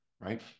right